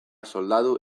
soldadu